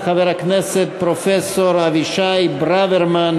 חבר הכנסת פרופסור אבישי ברוורמן.